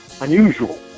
unusual